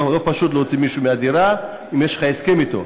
לא פשוט להוציא מישהו מהדירה אם יש לך הסכם אתו.